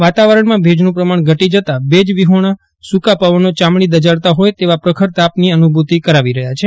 વાતાવરણમાં ભેજનું પ્રમાણ ઘટી જતાં ભેજવિહોણા સુકા પવનો ચામડી દઝાડતા હોય તેવા પ્રખર તાપની અનુભુતી કરાવી રહ્યા છે